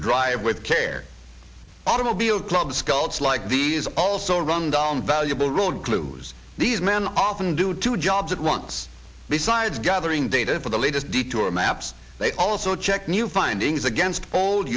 drive with care automobile club sculls like these also run down valuable road clues these men often do two jobs at once besides gathering data for the latest detour maps they also check new findings against old